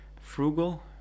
frugal